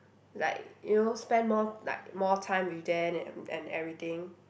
like you know spend more like more time with them and and everything